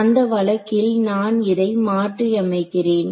அந்த வழக்கில் நான் இதை மாற்றி அமைக்கிறேன்